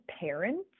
parents